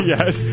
Yes